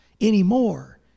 anymore